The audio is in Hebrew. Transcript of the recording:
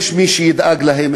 יש מי שידאג להם,